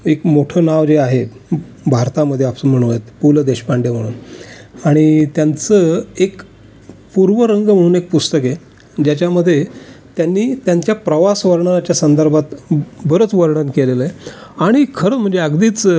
एक मोठं नाव जे आहे भारतामध्ये आपण म्हणूयात पु लं देशपांडे म्हणून आणि त्यांचं एक पूर्वरंग म्हणून एक पुस्तक आहे ज्याच्यामध्ये त्यांनी त्यांच्या प्रवास वर्णनाच्या संदर्भात बरंच वर्णन केलेलं आहे आणि खरंच म्हणजे अगदीच